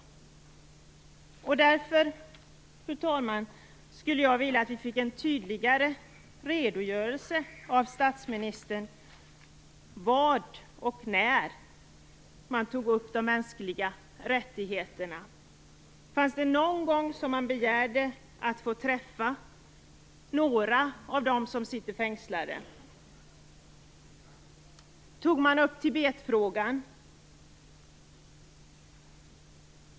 Därför, fru talman, skulle jag vilja att vi fick en tydligare redogörelse av statsministern för vad det var man tog upp och när man gjorde det när det gäller de mänskliga rättigheterna. Var det någon gång som man begärde att få träffa några av dem som sitter fängslade? Tog man upp Tibetfrågan?